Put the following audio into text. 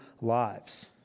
lives